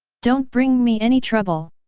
don't bring me any trouble!